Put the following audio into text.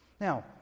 Now